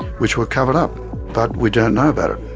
which were covered up. but we don't know about it,